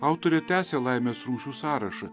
autorė tęsia laimės rūšių sąrašą